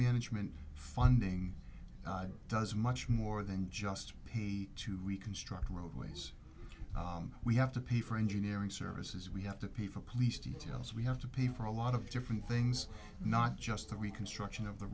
management funding does much more than just pay to reconstruct roadways we have to pay for engineering services we have to pay for police details we have to pay for a lot of different things not just the reconstruction of the